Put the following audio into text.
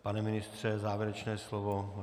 Pane ministře, vaše závěrečné slovo.